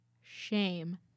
shame